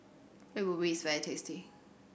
Red Ruby is very tasty